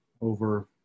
over